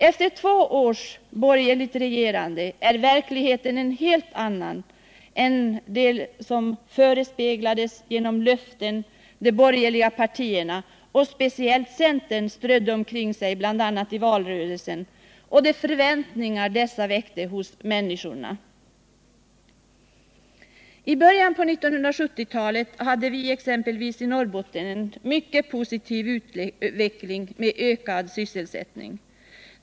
Efter två års borgerligt regerande är verkligheten en helt annan än den som förespeglades i löften som de borgerliga partierna och speciellt centern strödde omkring sig bl.a. i valrörelsen och de förväntningar dessa väckte hos människorna. I början av 1970-talet hade vi i Norrbotten en positiv utveckling med ökad sysselsättning.